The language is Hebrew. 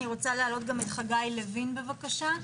אני רוצה להעלות גם את חגי לוין, בבקשה.